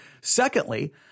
Secondly